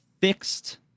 fixed